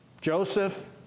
Joseph